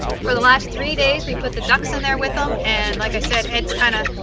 for the last three days we put the ducks in there with them and like i said ed kind of